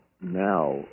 now